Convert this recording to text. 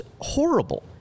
horrible